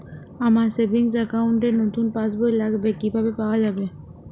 আমার savings account র নতুন পাসবই লাগবে কিভাবে পাওয়া যাবে?